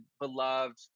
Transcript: beloved